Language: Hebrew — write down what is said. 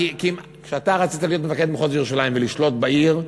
כשאתה רצית להיות מפקד מחוז ירושלים ולשלוט בעיר,